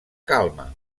calma